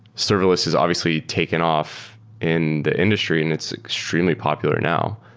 serverless has obviously taken off in the industry and it's extremely popular now.